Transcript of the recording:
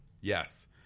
Yes